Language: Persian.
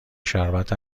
شربت